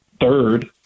third